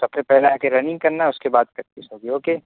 سب سے پہلے آ کے رننگ کرنا ہے اس کے بعد پریکٹس ہوگی اوکے